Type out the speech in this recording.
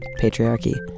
patriarchy